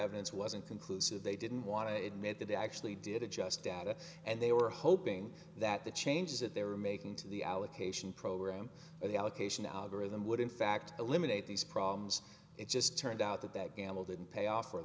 evidence wasn't conclusive they didn't want to admit that they actually did it just data and they were hoping that the changes that they were making to the allocation program or the allocation algorithm would in fact eliminate these problems it just turned out that that gamble didn't pay off